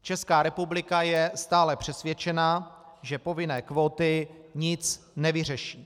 Česká republika je stále přesvědčena, že povinné kvóty nic nevyřeší.